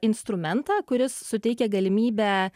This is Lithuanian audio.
instrumentą kuris suteikia galimybę